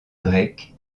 grec